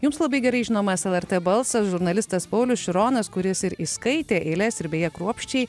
jums labai gerai žinomas lrt balsas žurnalistas paulius šironas kuris ir įskaitė eiles ir beje kruopščiai